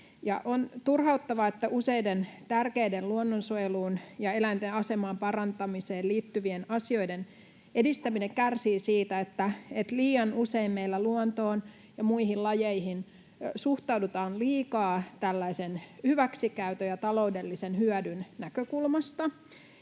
On turhauttavaa, että useiden tärkeiden luonnonsuojeluun ja eläinten aseman parantamiseen liittyvien asioiden edistäminen kärsii siitä, että liian usein meillä luontoon ja muihin lajeihin suhtaudutaan liikaa tällaisen hyväksikäytön ja taloudellisen hyödyn näkökulmasta.